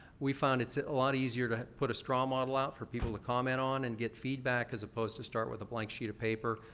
we found it's a lot easier to put a straw model out for people to comment on and get feedback as opposed to start with a blank sheet of paper.